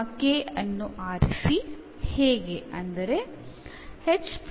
ഇവിടെ അതായത്